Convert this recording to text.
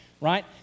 right